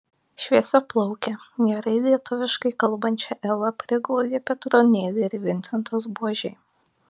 šviesiaplaukę gerai lietuviškai kalbančią elą priglaudė petronėlė ir vincentas buožiai